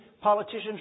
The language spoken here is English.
politicians